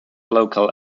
local